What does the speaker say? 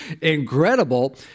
incredible